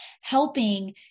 helping